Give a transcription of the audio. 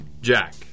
Jack